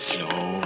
Slow